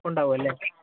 ഉണ്ടാവും അല്ലേ